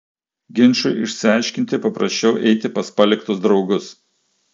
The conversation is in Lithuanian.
ginčui išsiaiškinti paprašiau eiti pas paliktus draugus